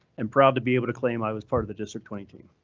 and proud to be able to claim i was part of the district twenty team.